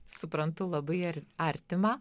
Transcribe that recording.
suprantu labai ar artima